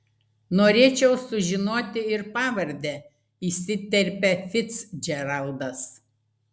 norėčiau sužinoti ir pavardę įsiterpia ficdžeraldas